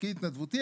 תפקיד התנדבותי,